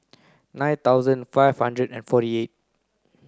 nine thousand five hundred and forty eight